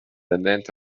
لنت